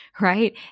right